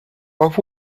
what